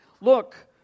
Look